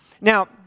Now